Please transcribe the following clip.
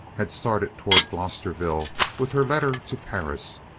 had started towards glosterville with her letter to perris,